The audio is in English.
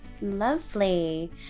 Lovely